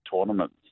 tournaments